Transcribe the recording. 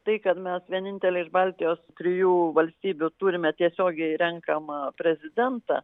tai kad mes vieninteliai iš baltijos trijų valstybių turime tiesiogiai renkamą prezidentą